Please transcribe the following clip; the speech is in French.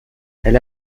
elle